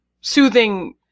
soothing